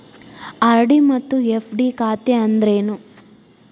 RD ಮತ್ತ FD ಖಾತೆ ಅಂದ್ರೇನು